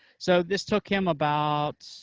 so this took him about,